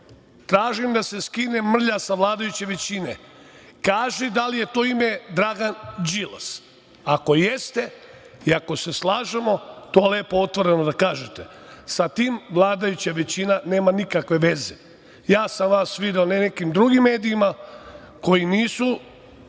kaži, da se skine mrlja sa vladajuće većine. Kaži da li je to ime Dragan Đilas? Ako jeste i ako se slažemo, to lepo otvoreno da kažete. Sa tim vladajuća većina nema nikakve veze. Ja sam vas video na nekim drugim medijima koji nisu